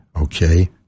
Okay